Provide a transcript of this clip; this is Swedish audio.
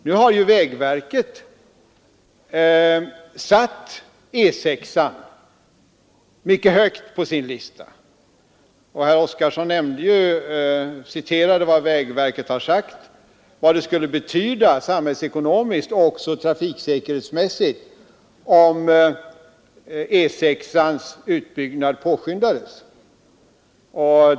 Nu har vägverket satt E 6 mycket högt på sin lista, och herr Oskarson citerade vad vägverket har uttalat om vad det skulle betyda samhällsekonomiskt och trafiksäkerhetsmässigt om utbyggnaden av E 6 påskyndades.